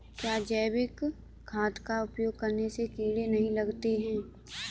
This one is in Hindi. क्या जैविक खाद का उपयोग करने से कीड़े नहीं लगते हैं?